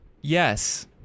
Yes